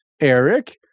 Eric